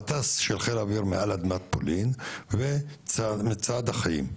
מטס של חיל האוויר מעל אדמת פולין ומצעד החיים בפולין,